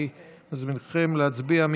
אני מזמינכם להצביע.